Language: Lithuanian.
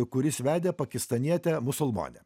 kuris vedė pakistanietę musulmonę